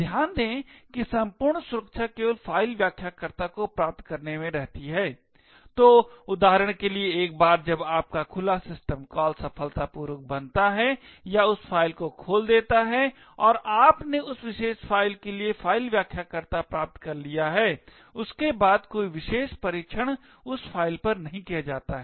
ध्यान दें कि संपूर्ण सुरक्षा केवल फाइल व्याख्याकर्ता को प्राप्त करने में रहती है तो उदाहरण के लिए एक बार जब आपका खुला सिस्टम कॉल सफलतापूर्वक बनता है या उस फाइल को खोल देता है और आपने उस विशेष फाइल के लिए फाइल व्याख्याकर्ता प्राप्त कर लिया है उसके बाद कोई विशेष परीक्षण उस फाइल पर नहीं किया जाता है